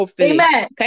Amen